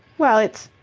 well, it's.